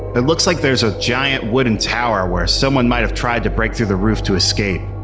it looks like there's a giant, wooden tower where someone might have tried to break through the roof to escape.